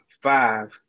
five